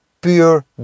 pure